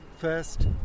First